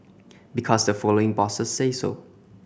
because the following bosses say so